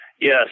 Yes